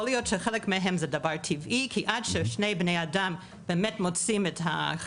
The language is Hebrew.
יכול להיות שחלק מהן הן דבר טבעי כי באמת עד ששני בני אדם מוצאים כימיה